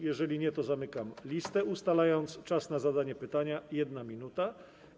Jeżeli nie, zamykam listę, ustalając czas na zadanie pytania na 1 minutę.